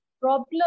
problem